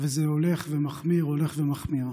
וזה הולך ומחמיר, הולך ומחמיר.